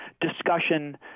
discussion